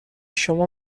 شما